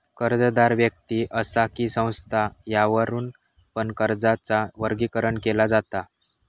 कर्जदार व्यक्ति असा कि संस्था यावरुन पण कर्जाचा वर्गीकरण केला जाता